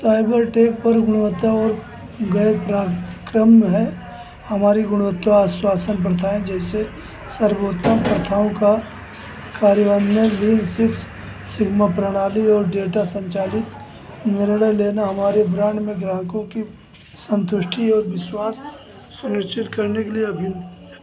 Cybertech पर गुणवत्ता गैर पराक्रम्य है हमारी गुणवत्ता आश्वासन प्रथाएं जैसे सर्वोत्तम प्रथाओं का कार्यान्वयन लीन सिक्स सिग्मा प्रणाली और डेटा संचालित निर्णय लेना हमारे ब्रांड में ग्राहकों की संतुष्टि और विश्वास सुनिश्चित करने के लिए अभिन्न